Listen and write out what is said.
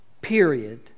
period